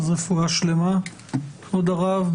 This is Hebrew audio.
אז רפואה שלמה כבוד הרב,